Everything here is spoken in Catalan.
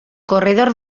corredor